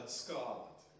scarlet